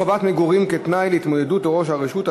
חובת מגורים כתנאי להתמודדות לראש רשות),